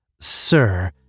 Sir